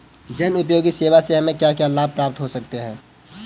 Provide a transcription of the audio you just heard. जनोपयोगी सेवा से हमें क्या क्या लाभ प्राप्त हो सकते हैं?